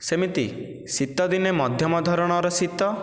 ସେମିତି ଶୀତ ଦିନେ ମଧ୍ୟମ ଧରଣର ଶୀତ